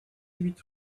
huit